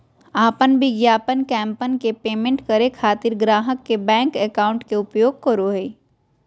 अपन विज्ञापन कैंपेन के पेमेंट करे खातिर ग्राहक के बैंक अकाउंट के उपयोग करो हइ